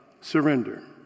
surrender